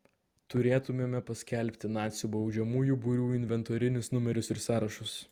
turėtumėme paskelbti nacių baudžiamųjų būrių inventorinius numerius ir sąrašus